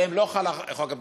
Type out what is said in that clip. עליהם לא חל חוק הפיקוח.